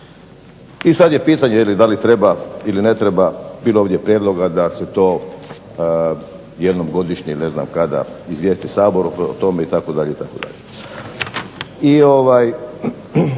I sad je pitanje da li treba ili ne treba, bilo je ovdje prijedloga da se to jednom godišnje ne znam kada izvijesti Sabor o tome itd.